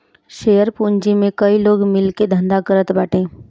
share पूंजी में कई लोग मिल के धंधा करत बाटे